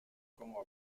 como